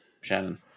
Shannon